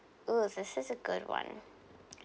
oo this is a good one